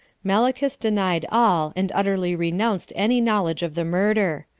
malichus denied all, and utterly renounced any knowledge of the murder.